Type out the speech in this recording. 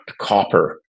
copper